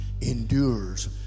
endures